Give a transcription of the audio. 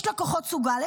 יש לקוחות סוג א',